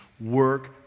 work